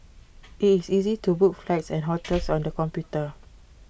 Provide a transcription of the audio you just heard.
IT is easy to book flights and hotels on the computer